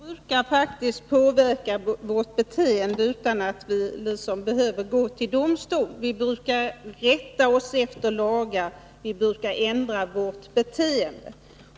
Herr talman! Lagstiftningen brukar faktiskt påverka folks beteende utan att man behöver gå till domstol. Folk brukar rätta sig efter lagar och ändra sitt beteende.